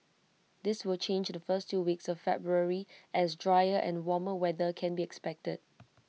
this will change the first two weeks of February as drier and warmer weather can be expected